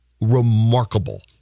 remarkable